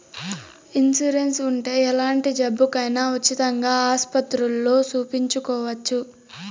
insurance ఉంటే ఎలాంటి జబ్బుకైనా ఉచితంగా ఆస్పత్రుల్లో సూపించుకోవచ్చు